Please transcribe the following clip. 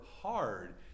hard